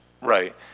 Right